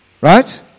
Right